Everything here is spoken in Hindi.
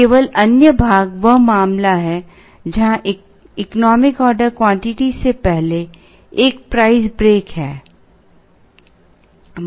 केवल अन्य भाग वह मामला है जहां इकोनॉमिक ऑर्डर क्वांटिटी से पहले एक प्राइस ब्रेक है